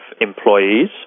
employees